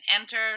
enter